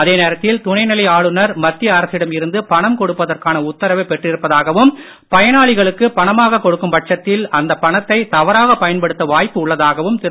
அதே நேரத்தில் துணைநிலை ஆளுநர் மத்திய அரசிடம் இருந்து பணம் கொடுப்பதற்கான உத்தரவை பெற்றிருப்பதாகவும் பயனாளிகளுக்கு பணமாக கொடுக்கும் பட்சத்தில் அந்த பணத்தை தவறாக பயன்படுத்த வாய்ப்பு உள்ளதாகவும் திரு